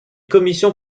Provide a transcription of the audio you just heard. commissions